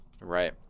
Right